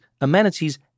amenities